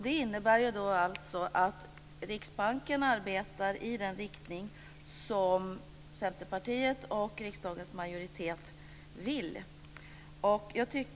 Det innebär alltså att Riksbanken arbetar i den riktning som Centerpartiet och riksdagens majoritet vill.